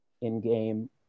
in-game